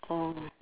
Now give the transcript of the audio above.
oh